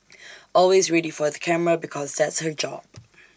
always ready for the camera because that's her job